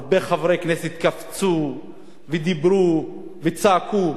הרבה חברי הכנסת קפצו ודיברו וצעקו,